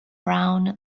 brown